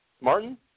Martin